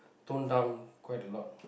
tone down quite a lot